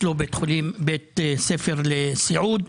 ויש לו גם בית ספר לסיעוד.